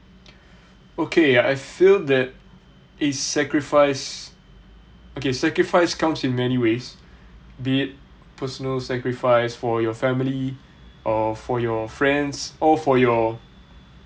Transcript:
okay I feel that a sacrifice okay sacrifice comes in many ways be it personal sacrifice for your family or for your friends or for your